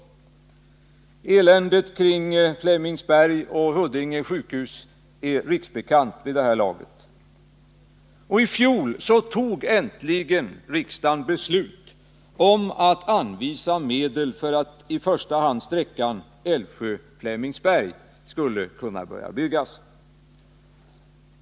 Eländet vid Flemingsberg och Huddinge sjukhus är riksbekant. I fjol fattade äntligen riksdagen beslut om att anvisa medel för att i första hand sträckan Älvsjö-Flemingsberg skulle kunna byggas.